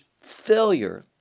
failure